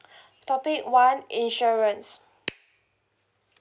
topic one insurance